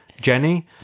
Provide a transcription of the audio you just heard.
jenny